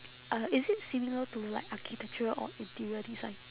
uh is it similar to like architectural or interior design